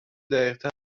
دقیق